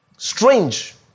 Strange